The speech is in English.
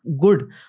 good